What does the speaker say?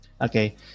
Okay